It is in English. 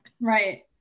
Right